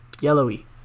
yellowy